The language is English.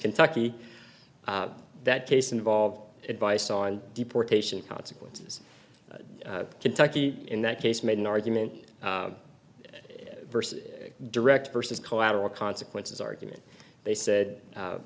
kentucky that case involved advice on deportation consequences kentucky in that case made an argument versus direct versus collateral consequences argument they said